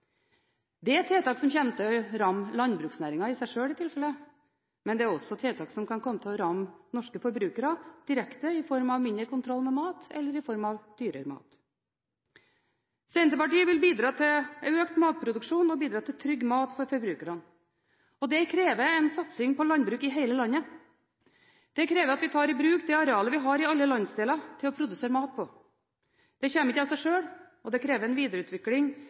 er tiltak som i tilfelle kommer til å ramme landbruksnæringen i seg sjøl, men dette er også tiltak som kan komme til å ramme norske forbrukere direkte, i form av mindre kontroll med mat, eller i form av dyrere mat. Senterpartiet vil bidra til økt matproduksjon og bidra til trygg mat for forbrukerne. Det krever en satsing på landbruk i hele landet, det krever at vi tar i bruk det arealet vi har i alle landsdeler til å produsere mat på. Det kommer ikke av seg sjøl, og det krever en videreutvikling